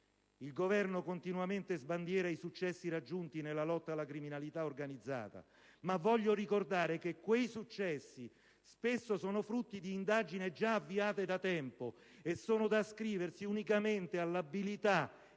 Il Governo continuamente sbandiera i successi raggiunti nella lotta alla criminalità organizzata, ma voglio ricordare che quei successi, spesso frutto di indagini avviate da tempo, sono da ascriversi unicamente all'abilità